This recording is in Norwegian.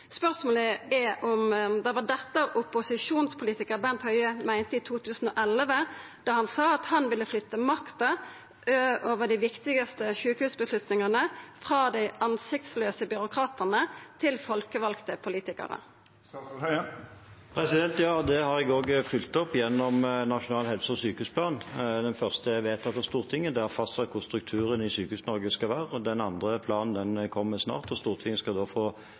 Spørsmålet er om det var dette opposisjonspolitikaren Bent Høie meinte i 2011, då han sa at han ville flytta makta over dei viktigaste sjukehusavgjerdene frå dei ansiktslause byråkratane til folkevalde politikarar. Ja, og det har jeg fulgt opp gjennom Nasjonal helse- og sykehusplan. Den første er vedtatt av Stortinget. Det har fastsatt hvordan strukturen i Sykehus-Norge skal være. Den andre planen kommer snart, og Stortinget skal da få